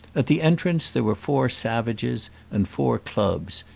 at the entrance there were four savages and four clubs,